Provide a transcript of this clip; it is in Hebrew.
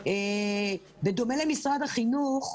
בדומה למשרד החינוך,